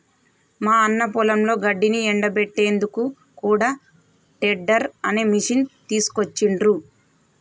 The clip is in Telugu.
మా అన్న పొలంలో గడ్డిని ఎండపెట్టేందుకు కూడా టెడ్డర్ అనే మిషిని తీసుకొచ్చిండ్రు